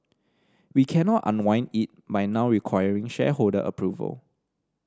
we cannot unwind it by now requiring shareholder approval